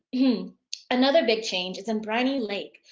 another big change is in briny lake.